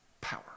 Power